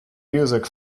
music